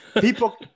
People